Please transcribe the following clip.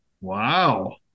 Wow